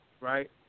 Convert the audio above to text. Right